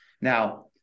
Now